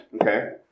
okay